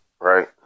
right